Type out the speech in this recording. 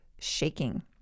shaking